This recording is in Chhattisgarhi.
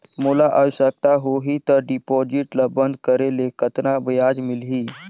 मोला आवश्यकता होही त डिपॉजिट ल बंद करे ले कतना ब्याज मिलही?